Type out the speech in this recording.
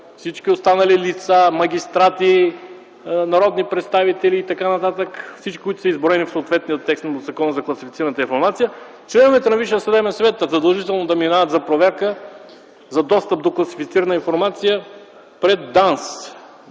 всички останали лица, магистрати, народни представители и т.н., всички, които са изброени в съответствие със Закона за класифицираната информация, членовете на Висшия съдебен съвет задължително да минават на проверка за достъп до класифицирана информация пред ДАНС.